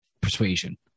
Persuasion